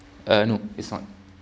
uh nope it's not